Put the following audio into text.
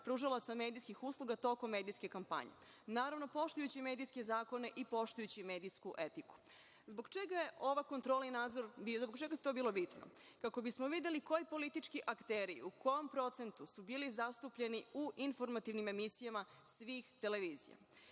pružalaca medijskih usluga tokom medijske kampanje. Naravno, poštujući medijske zakone i poštujući medijsku etiku. Zbog čega je to bitno? Kako bismo videli koji politički akteri u kom procentu su bili zastupljeni u informativnim emisijama svih televizija.